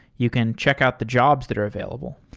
you can check out the jobs that are available.